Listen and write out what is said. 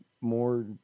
more